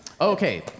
Okay